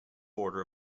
border